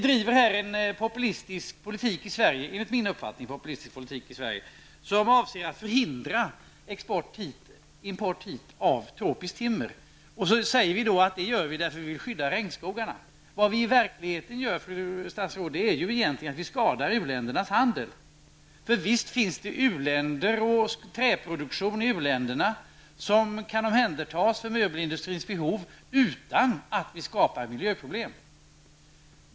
Enligt min uppfattning driver vi i Sverige en populistisk politik, som avser att hindra import hit av tropiskt timmer. Vi säger att vi för denna politik för att skydda regnskogarna. I verkligheten skadar vi u-ländernas handel. Visst finns det träproduktion i u-länderna som kan omhändertas för möbelindustrins behov utan att vi skapar miljöproblem.